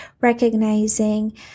recognizing